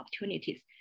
opportunities